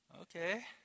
Okay